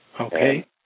okay